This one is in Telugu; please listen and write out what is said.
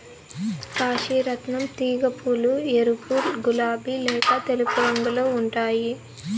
కాశీ రత్నం తీగ పూలు ఎరుపు, గులాబి లేక తెలుపు రంగులో ఉంటాయి